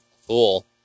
fool